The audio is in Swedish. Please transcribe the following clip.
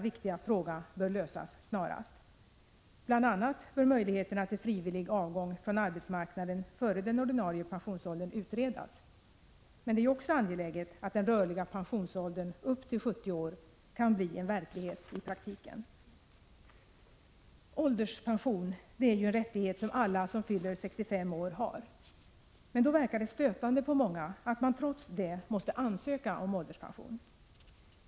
1985/86:130 denna viktiga fråga bör lösas snarast. Bl. a. bör möjligheterna till frivillig avgång från arbetsmarknaden före den ordinarie pensionsåldern utredas. Men det är också angeläget att den rörliga pensionsåldern upp till 70 år kan bli verklighet. Ålderspension är en rättighet som alla som fyller 65 år har. Då verkar det stötande på många att man trots detta måste ansöka om ålderspension.